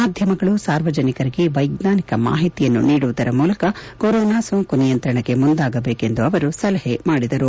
ಮಾಧ್ಯಮಗಳು ಸಾರ್ವಜನಿಕರಿಗೆ ವೈಜ್ವಾನಿಕ ಮಾಹಿತಿಯನ್ನು ನೀಡುವುದರ ಮೂಲಕ ಕೊರೊನಾ ಸೋಂಕು ನಿಯಂತ್ರಣಕ್ಕೆ ಮುಂದಾಗಬೇಕು ಎಂದು ಸಲಹೆ ನೀಡಿದರು